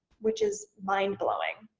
which is mind-blowing.